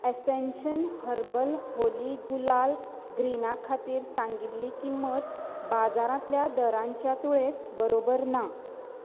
ascension herbal Holi gulal ग्रीना खातीर सांगिल्ली किंमत बाजारांतल्या दरांच्या तुळेंत बरोबर ना